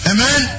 Amen